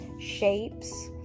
shapes